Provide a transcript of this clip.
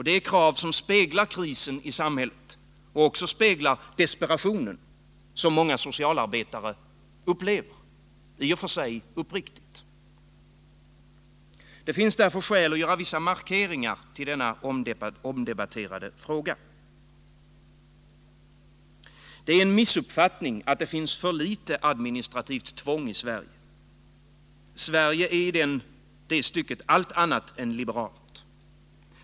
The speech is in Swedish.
Det är krav som speglar krisen i samhället och också speglar desperationen som många socialarbetare upplever, i och för sig uppriktigt. Det finns därför skäl att göra vissa markeringar till denna omdebatterade fråga. Det är en missuppfattning att det finns för litet administrativt tvång i Sverige. Sverige är i det stycket allt annat än liberalt.